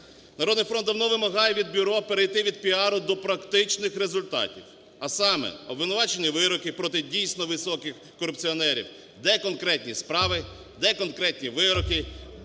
"Народний фронт" давно вимагає від Бюро перейти від піару до практичних результатів, а саме: обвинувачувальні вироки проти дійсно високих корупціонерів. Де конкретні справи? Де конкретні вироки?